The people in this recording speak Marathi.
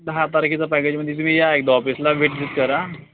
दहा तारखेचं पॅकेजमध्ये तुम्ही या एकदा ऑफिसला व्हिजिट करा